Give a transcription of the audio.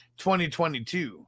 2022